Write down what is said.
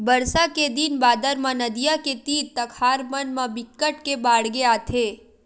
बरसा के दिन बादर म नदियां के तीर तखार मन म बिकट के बाड़गे आथे